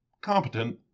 Competent